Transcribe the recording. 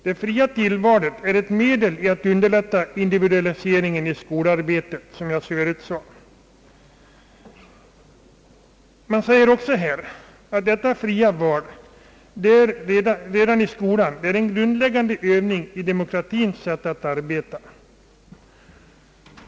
Det fria tillvalet är ett medel för att underlätta individualiseringen i skolarbetet, som jag förut sade. Det sägs också att detta fria val redan i skolan är en grundläggande övning i demokratins sätt att arbeta.